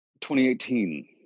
2018